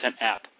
app